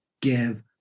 give